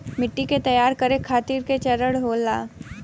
मिट्टी के तैयार करें खातिर के चरण होला?